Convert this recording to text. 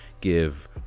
give